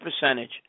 percentage